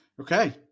Okay